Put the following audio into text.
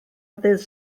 ddydd